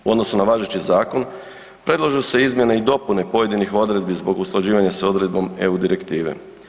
U odnosu na važeći zakon, predlažu se izmjene i dopune pojedinih odredbi zbog usklađivanja s odredbom EU direktive.